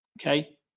okay